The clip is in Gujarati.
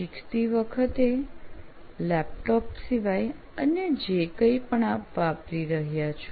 શીખતી વખતે લેપટોપ સિવાય અન્ય જે કંઈપણ આપ વાપરી રહ્યા છો